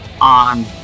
on